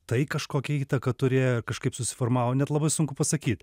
tai kažkokią įtaką turėjo ir kažkaip susiformavo net labai sunku pasakyt